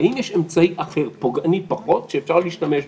האם יש אמצעי אחר פחות פוגעני שאפשר להשתמש בו.